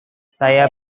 saya